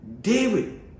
David